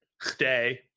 stay